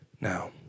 now